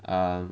um